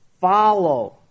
follow